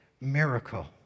miracle